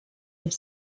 have